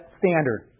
standard